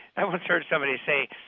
i once heard somebody say,